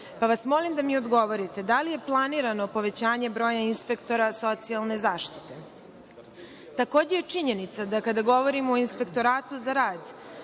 Pa, molim vas da mi odgovorite, da li je planirano povećanje broja inspektora socijalne zaštite? Takođe je činjenica da kada govorimo i Inspektoratu za rad,